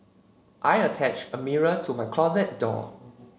I attached a mirror to my closet door